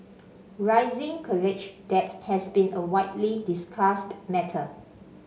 rising college debt has been a widely discussed matter